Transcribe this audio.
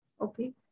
Okay